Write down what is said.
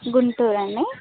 గుంటూరా అండి